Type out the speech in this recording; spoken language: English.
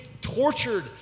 tortured